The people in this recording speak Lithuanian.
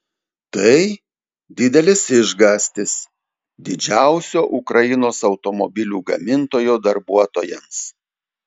tai didelis išgąstis didžiausio ukrainos automobilių gamintojo darbuotojams